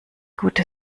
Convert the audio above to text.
gute